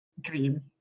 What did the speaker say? dream